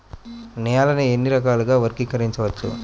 నేలని ఎన్ని రకాలుగా వర్గీకరించవచ్చు?